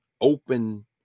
open